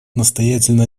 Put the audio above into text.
настоятельно